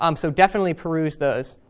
um so definitely peruse those